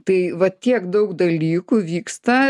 tai va tiek daug dalykų vyksta